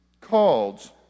called